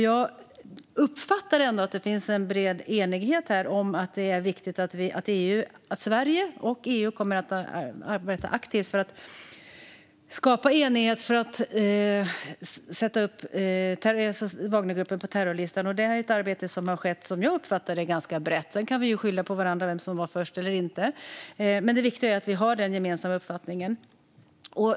Jag uppfattar ändå att det finns en bred enighet om att det är viktigt att Sverige och EU ska arbeta aktivt för att skapa enighet för att sätta upp Wagnergruppen på terrorlistan. Det är ett arbete som, som jag uppfattar det, har skett ganska brett. Sedan kan vi ju skylla på varandra om vem som var först eller inte. Det viktiga är att vi har den gemensamma uppfattningen.